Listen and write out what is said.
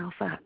up